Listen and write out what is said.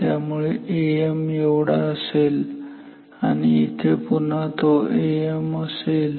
त्यामुळे Am एवढा असेल आणि इथे पुन्हा तो Am असेल